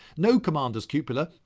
no commander's cupola.